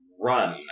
run